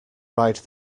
ride